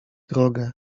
drogę